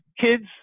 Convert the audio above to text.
kids